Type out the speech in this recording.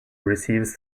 receives